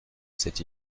c’est